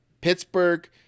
Pittsburgh